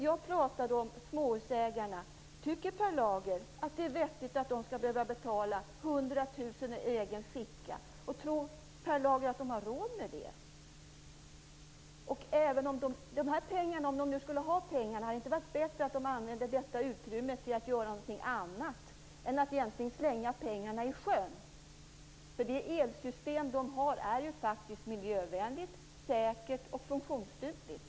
Jag pratade om småhusägarna. Tycker Per Lager att det är vettigt att de skall behöva betala 100 000 kr ur egen ficka? Tror Per Lager att de har råd med det? Och om de nu hade haft de här pengarna, hade det då inte varit bättre om de använt detta utrymme till att göra någonting annat än att egentligen slänga pengarna i sjön? Det elsystem de har är ju faktiskt miljövänligt, säkert och funktionsdugligt.